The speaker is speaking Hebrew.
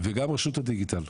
וגם רשות הדיגיטל,